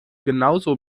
genauso